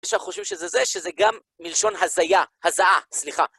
יש שם חושבים שזה זה, שזה גם מלשון הזייה, הזעה סליחה.